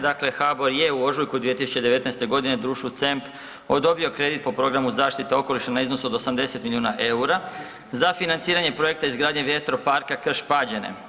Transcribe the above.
Dakle, HBOR je u ožujku 2019.g. društvu CEMP odobrio kredit po programu zaštite okoliša na iznos od 80 milijuna EUR-a za financiranje projekta izbradnje vjetroparka Krš-Pađene.